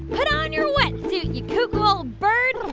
put on your wetsuit, you cuckoo old bird.